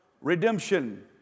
redemption